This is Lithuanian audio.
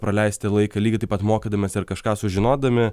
praleisti laiką lygiai taip pat mokydamiesi ar kažką sužinodami